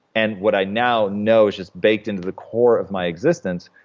and what i now know is just baked into the core of my existence,